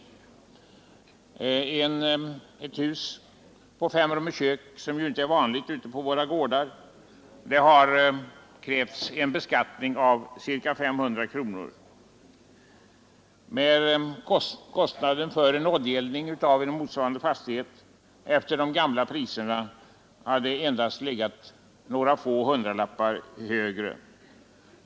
Fritt vedbränsle för ett hus på fem rum och kök, som ju inte är så ovanligt i våra bygder, skall för beskattning upptas till ett värde av ca 500 kronor. Kostnaden vid oljeeldning i motsvarande fastighetsstorlek har efter de gamla priserna legat endast några hundralappar högre.